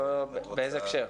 באיזה הקשר?